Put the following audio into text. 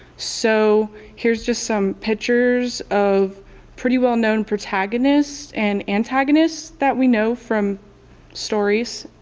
so here's just some pictures of pretty well known protagonists and antagonists that we know from stories,